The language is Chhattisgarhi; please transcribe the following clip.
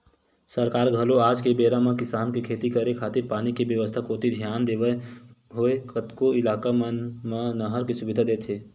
सरकार घलो आज के बेरा म किसान के खेती करे खातिर पानी के बेवस्था कोती धियान देवत होय कतको इलाका मन म नहर के सुबिधा देत हे